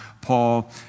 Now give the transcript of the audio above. Paul